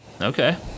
Okay